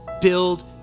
Build